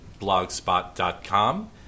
blogspot.com